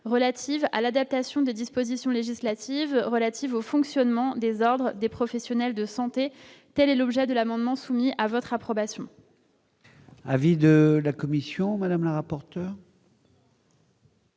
relative à l'adaptation des dispositions législatives relatives au fonctionnement des ordres des professionnels de santé, telle est l'objet de l'amendement soumis à votre approbation. Avis de la commission Madame le rapporteur.